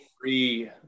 free